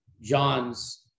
John's